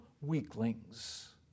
weaklings